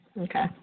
Okay